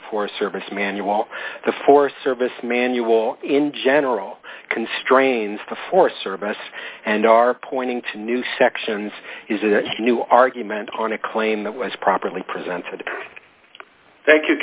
forest service manual the forest service manual in general constrains the forest service and are pointing to new sections new argument on a claim that was properly presented th